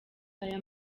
aya